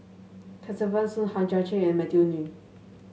Kesavan Soon Hang Chang Chieh and Matthew Ngui